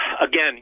again